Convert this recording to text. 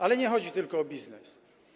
Ale nie chodzi tylko o biznes.